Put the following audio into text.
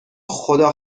خدا